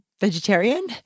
vegetarian